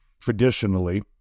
traditionally